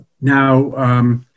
Now